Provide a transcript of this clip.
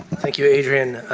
thank you adrienne.